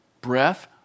breath